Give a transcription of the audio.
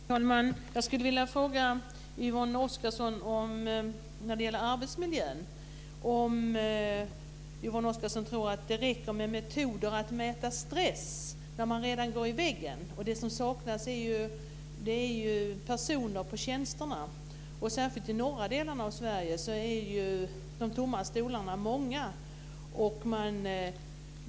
Herr talman! Jag skulle vilja fråga Yvonne Oscarsson om arbetsmiljön. Tror Yvonne Oscarsson att det räcker med metoder för att mäta stress när personalen redan går i väggen? Det som saknas är ju personer på tjänsterna. Det gäller särskilt i norra delarna av Sverige, där är de tomma stolarna många.